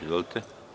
Izvolite.